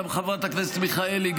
חברת הכנסת מיכאלי,